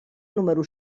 número